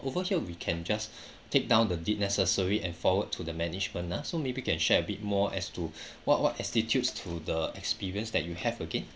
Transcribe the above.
over here we can just take down the deed necessary and forward to the management ah so maybe you can share a bit more as to what what attitudes to the experience that you have again